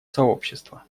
сообщества